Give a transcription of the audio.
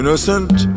Innocent